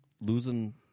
Losing